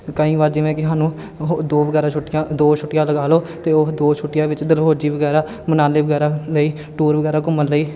ਅਤੇ ਕਈ ਵਾਰ ਜਿਵੇਂ ਕਿ ਸਾਨੂੰ ਉਹ ਦੋ ਵਗੈਰਾ ਛੁੱਟੀਆਂ ਦੋ ਛੁੱਟੀਆਂ ਲਗਾ ਲਓ ਅਤੇ ਉਹ ਦੋ ਛੁੱਟੀਆਂ ਵਿੱਚ ਡਲਹੋਜ਼ੀ ਵਗੈਰਾ ਮਨਾਲੀ ਵਗੈਰਾ ਲਈ ਟੂਰ ਵਗੈਰਾ ਘੁੰਮਣ ਲਈ